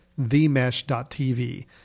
TheMesh.TV